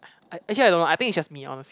I actually I don't know I think it's just me honest